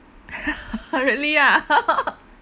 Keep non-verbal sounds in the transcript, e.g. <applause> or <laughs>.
<laughs> really ah <laughs>